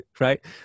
right